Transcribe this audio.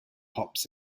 hops